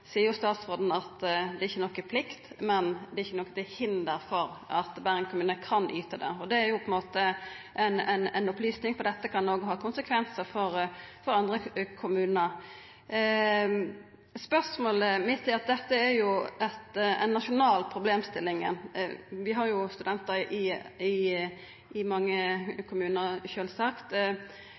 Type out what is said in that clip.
seier statsråden at det ikkje er nokon plikt, men det er ikkje noko til hinder for at Bergen kommune kan yta det. Det er ei opplysing som òg kan ha konsekvensar for andre kommunar. Spørsmålet mitt handlar om at dette er ei nasjonal problemstilling. Vi har sjølvsagt studentar i mange kommunar. Dersom mange kommunar